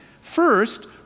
First